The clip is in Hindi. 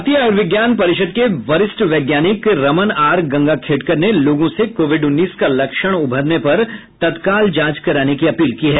भारतीय आयुर्विज्ञान परिषद के वरिष्ठ वैज्ञानिक रमन आर गंगाखेडकर ने लोगों से कोविड उन्नीस का लक्षण उभरने पर तत्काल जांच कराने की अपील की है